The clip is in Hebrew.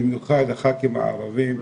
במיוחד הח"כים הערבים,